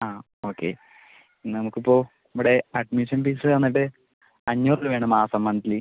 ആ ഓക്കെ നമ്മൾക്ക് ഇപ്പോൾ ഇവിടെ അഡ്മിഷൻ ഫീസ് വന്നിട്ട് അഞ്ഞൂറ് രൂപ ആണ് മാസം മന്ത്ലി